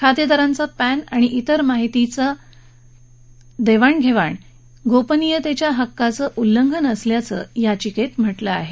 खातेदारांचा PAN आणि तिर माहितीचं देवाणघेवाण गोपनीयतेच्या हक्कांचं उल्लंघन असल्याचं याचिकेत म्हटलं आहे